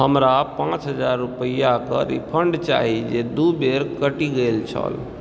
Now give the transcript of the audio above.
हमरा पाँच हजार रुपैआपर रिफन्ड चाही जे दू बेर कटि गेल छल